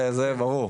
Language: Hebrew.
זה ברור.